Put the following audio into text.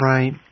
Right